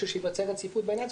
בשביל שייווצר הרציפות ברצף,